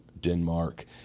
denmark